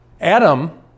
Adam